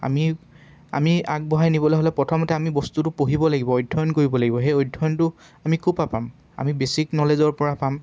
আমি আমি আগবঢ়াই নিবলৈ হ'লে প্ৰথমতে আমি বস্তুটো পঢ়িব লাগিব অধ্যয়ন কৰিব লাগিব সেই অধ্যয়নটো আমি ক'ৰপৰা পাম আমি বেছিক নলেজৰপৰা পাম